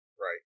Right